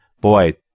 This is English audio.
Boy